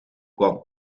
kwam